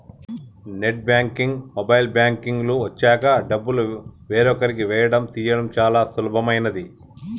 net banking, mobile banking లు వచ్చాక డబ్బులు వేరొకరికి వేయడం తీయడం చాలా సులభమైనది